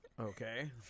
Okay